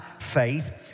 faith